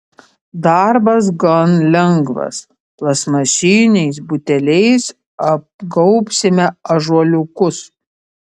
darbas gan lengvas plastmasiniais buteliais apgaubsime ąžuoliukus